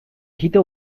heater